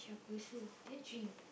pursue that dream